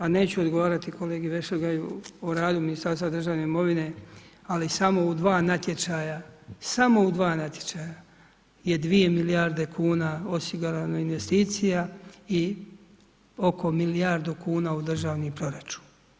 A neću odgovarati kolegi Vešligaju o radu Ministarstva državne imovine, ali samo u 2 natječaja, samo u 2 natječaja je dvije milijarde kuna osigurano investicija i oko milijardu kuna u državni proračun.